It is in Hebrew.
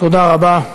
תודה רבה.